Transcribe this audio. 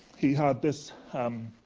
he had this um